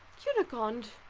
cunegonde,